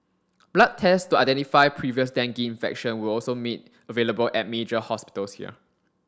blood tests to identify previous dengue infection were also made available at major hospitals here